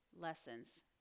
lessons